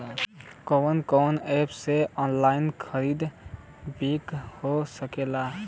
कवन कवन एप से ऑनलाइन खरीद बिक्री हो सकेला?